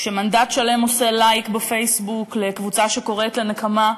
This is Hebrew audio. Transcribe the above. כשמנדט שלם עושה "לייק" בפייסבוק לקבוצה שקוראת לנקמה.